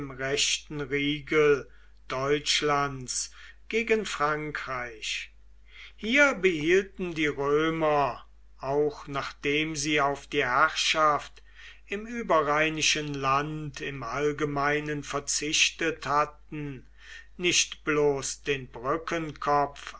rechten riegel deutschlands gegen frankreich hier behielten die römer auch nachdem sie auf die herrschaft im überrheinischen land im allgemeinen verzichtet hatten nicht bloß den